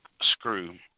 screw